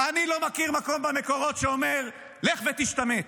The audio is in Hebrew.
אני לא מכיר מקום במקורות שאומר: לך ותשתמט.